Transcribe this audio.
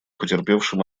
потерпевшим